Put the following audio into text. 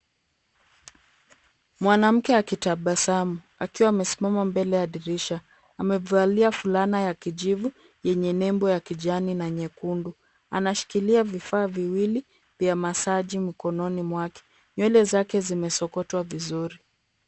Mwanamke akitabasamu akiwa amesimama mbele ya dirisha. Amevalia fulana ya kijivu yenye nembo ya kijani na nyekundu. Anashikilia vifaa viwili vya masaji mkononi mwake. Nywele zake zimesokotwa vizuri.